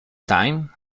time